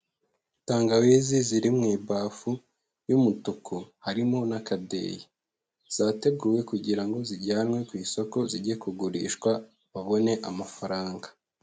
Tangawizi ziri mu ibafu y'umutuku, harimo n'akadeyi. Zateguwe kugira ngo zijyanwe ku isoko, zijye kugurishwa babone amafaranga.